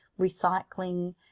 recycling